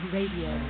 Radio